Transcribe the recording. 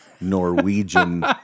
Norwegian